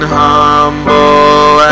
humble